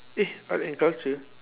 eh art and culture